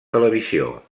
televisió